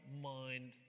mind